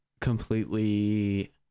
completely